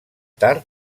tard